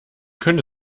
könnte